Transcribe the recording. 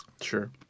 Sure